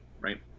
right